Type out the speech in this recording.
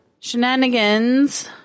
shenanigans